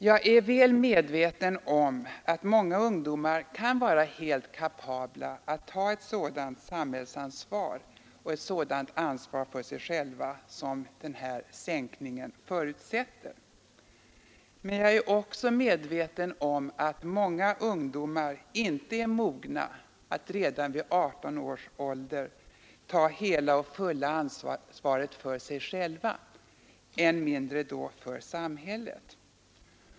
Jag är väl medveten om att många ungdomar kan vara helt kapabla att ta ett sådant samhällsansvar och ett sådant ansvar för sig själva som den här sänkningen förutsätter, men jag är också medveten om att många ungdomar inte är mogna att redan vid 18 års ålder ta hela och fulla ansvaret för sig själva, än mindre då för samhället.